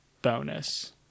bonus